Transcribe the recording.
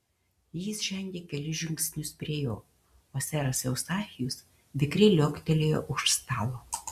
jis žengė kelis žingsnius prie jo o seras eustachijus vikriai liuoktelėjo už stalo